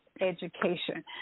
education